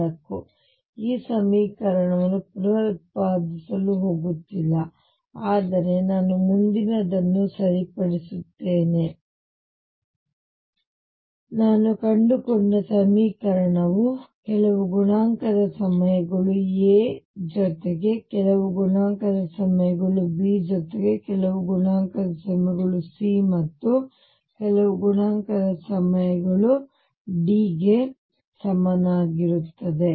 ನಾನು ಈ ಸಮೀಕರಣವನ್ನು ಪುನರುತ್ಪಾದಿಸಲು ಹೋಗುತ್ತಿಲ್ಲ ಆದರೆ ನಾನು ಮುಂದಿನದನ್ನು ಸರಿಪಡಿಸುತ್ತೇನೆ ಪುಟವೆಂದರೆ ನಾನು ಕಂಡುಕೊಂಡ ಸಮೀಕರಣವು ಕೆಲವು ಗುಣಾಂಕದ ಸಮಯಗಳು A ಜೊತೆಗೆ ಕೆಲವು ಗುಣಾಂಕದ ಸಮಯಗಳು B ಜೊತೆಗೆ ಕೆಲವು ಗುಣಾಂಕದ ಸಮಯಗಳು C ಮತ್ತು ಕೆಲವು ಗುಣಾಂಕದ ಸಮಯಗಳು D ಸಮನಾಗಿರುತ್ತದೆ